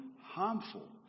harmful